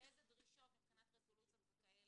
איזה דרישות מבחינת רזולוציות נדרשות.